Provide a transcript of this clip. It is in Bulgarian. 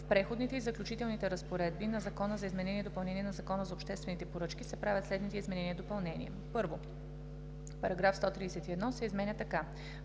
В Преходните и заключителните разпоредби на Закона за изменение и допълнение на Закона за обществените поръчки се правят следните изменения и допълнения: 1. Параграф 131 се изменя така: